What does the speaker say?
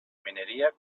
mineria